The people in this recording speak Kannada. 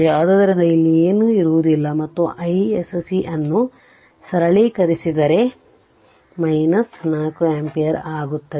ಆದ್ದರಿಂದ ಇಲ್ಲಿ ಏನೂ ಇರುವುದಿಲ್ಲ ಮತ್ತು isc ಅನ್ನು ಸರಳೀಕರಿಸಿದರೆ 4 ಆಂಪಿಯರ್ ಆಗುತ್ತದೆ